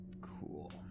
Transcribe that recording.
Cool